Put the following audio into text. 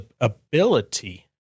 ability